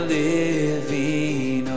living